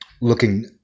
looking